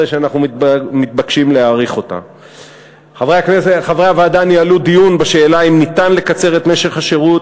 31 ביולי 2014. בדיון שנערך בוועדת החוץ והביטחון בהצעת החוק הביעו חברי